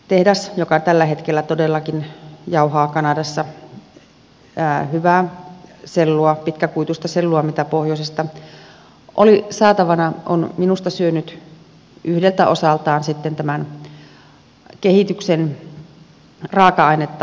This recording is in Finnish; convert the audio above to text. tehdas joka tällä hetkellä todellakin jauhaa kanadassa hyvää sellua pitkäkuituista sellua mitä pohjoisesta oli saatavana on minusta syönyt yhdeltä osaltaan tämän kehityksen raaka ainetta